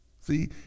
See